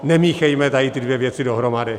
Nemíchejme tady tyto dvě věci dohromady.